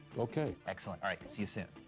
okay. excellent. all right. see you soon.